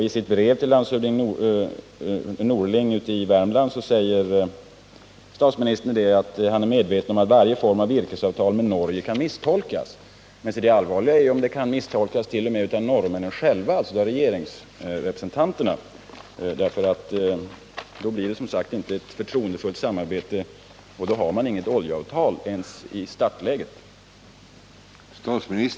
I sitt brev till landshövding Norling i Värmland säger statsministern att han är medveten om att varje form av virkesavtal med Norge kan misstolkas. Men det allvarliga är om det kan misstolkas t.o.m. av de norska regeringsrepresentanterna, för då blir det som sagt inte ett förtroendefullt samarbete. Och då har man inget oljeavtal ens i startläget.